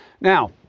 Now